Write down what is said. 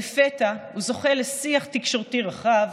לפתע הוא זוכה לשיח תקשורתי רחב